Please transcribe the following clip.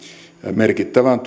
merkittävään